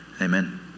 Amen